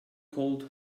called